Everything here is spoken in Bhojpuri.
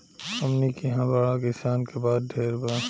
हमनी किहा बड़ किसान के बात ढेर बा